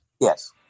yes